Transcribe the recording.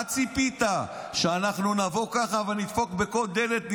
מה ציפית, שאנחנו נבוא ככה ונדפוק בכל דלת: